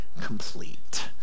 complete